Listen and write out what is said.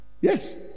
yes